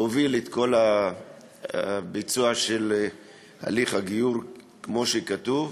להוביל את כל הביצוע של הליך הגיור, כמו שכתוב.